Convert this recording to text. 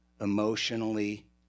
emotionally